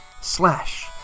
Slash